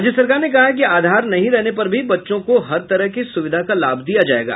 राज्य सरकार ने कहा है कि आधार नहीं रहने पर भी बच्चों को हर तरह की सुविधा का लाभ दिया जायेगा